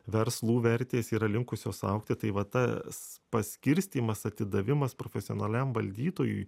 verslų vertės yra linkusios augti tai va tas paskirstymas atidavimas profesionaliam valdytojui